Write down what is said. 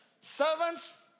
Servants